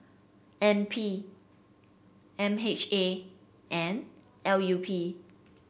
N P M H A and L U P